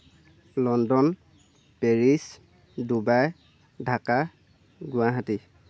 London Paris Dubai Dhaka Guwahati